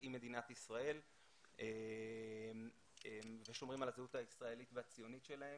עם מדינת ישראל ושומרים על הזהות הישראלית והציונית שלהם.